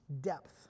depth